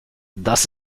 das